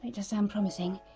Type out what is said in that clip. it does sound promising,